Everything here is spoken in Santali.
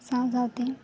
ᱥᱟᱶ ᱥᱟᱶᱛᱮ